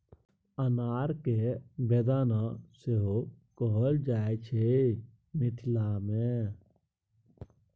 अनार केँ बेदाना सेहो कहल जाइ छै मिथिला मे